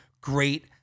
great